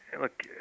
Look